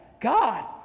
God